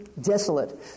desolate